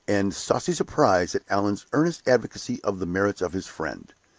and saucy surprise at allan's earnest advocacy of the merits of his friend.